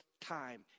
time